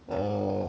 orh